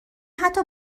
حتا